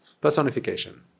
Personification